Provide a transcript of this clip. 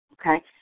okay